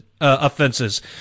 offenses